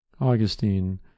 Augustine